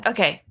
Okay